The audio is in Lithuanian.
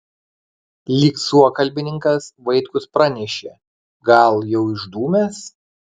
lyg suokalbininkas vaitkus pranešė gal jau išdūmęs